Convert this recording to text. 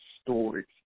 stories